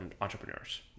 entrepreneurs